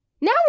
Now